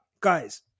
guys